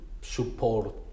support